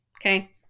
Okay